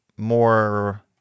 more